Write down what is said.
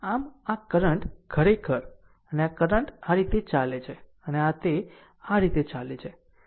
આમ આ કરંટ ખરેખર અને આ કરંટ આ રીતે ચાલે છે અને આ તે આ રીતે ચાલે છે